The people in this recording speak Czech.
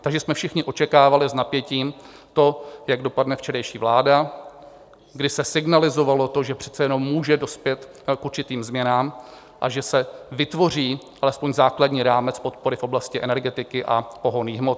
Takže jsme všichni očekávali s napětím to, jak dopadne včerejší vláda, kdy se signalizovalo, že přece jenom může dospět k určitým změnám a že se vytvoří alespoň základní rámec podpory v oblasti energetiky a pohonných hmot.